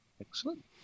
Excellent